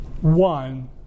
one